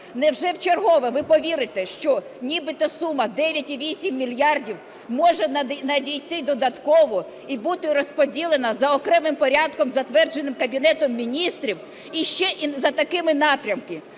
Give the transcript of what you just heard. Невже вчергове ви повірите, що нібито сума 9,8 мільярда може надійти додатково і бути розподілена за окремим порядком, затвердженим Кабінетом Міністрів, і ще і за такими напрямками?